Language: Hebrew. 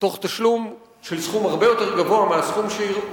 תוך תשלום של סכום גבוה יותר מהסכום שהוא